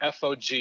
FOG